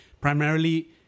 primarily